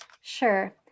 Sure